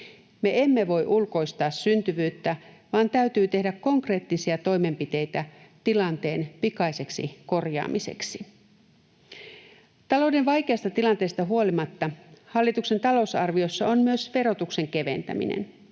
Me emme voi ulkoistaa syntyvyyttä, vaan täytyy tehdä konkreettisia toimenpiteitä tilanteen pikaiseksi korjaamiseksi. Talouden vaikeasta tilanteesta huolimatta hallituksen talousarviossa on myös verotuksen keventäminen.